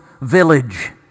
village